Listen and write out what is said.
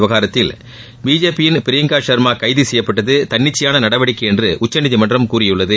விவகாரத்தில் பிஜேபியின் பிரியங்கா ஷர்மா கைது செய்யப்பட்டது தன்னிச்சையான நடவடிக்கை என்று உச்சநீதிமன்றம் கூறியுள்ளது